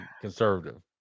conservative